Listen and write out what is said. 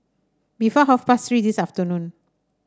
before half past Three this afternoon